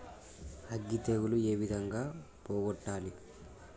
అగ్గి తెగులు ఏ విధంగా పోగొట్టాలి?